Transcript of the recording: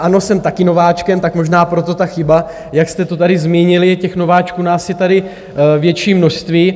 Ano, jsem taky nováčkem, tak možná proto ta chyba, jak jste to tady zmínili, těch nováčků nás je tady větší množství.